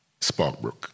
Sparkbrook